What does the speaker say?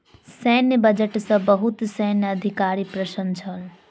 सैन्य बजट सॅ बहुत सैन्य अधिकारी प्रसन्न छल